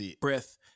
breath